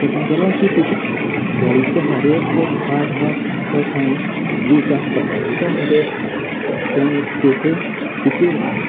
शेतां गेलो की तुज्या बॉडिचो हर एक पार्ट आहा तो थंय युजाक पडटा युजाक म्हणजे थंय ताचो उपयोग जाता